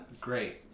Great